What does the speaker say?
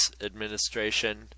Administration